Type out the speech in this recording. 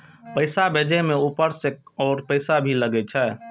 पैसा भेजे में ऊपर से और पैसा भी लगे छै?